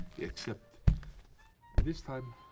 except this time,